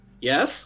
yes